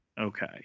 okay